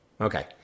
Okay